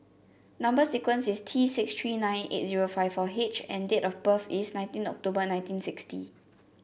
number sequence is T six three nine eight zero five four H and date of birth is nineteen October nineteen sixty